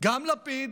גם לפיד,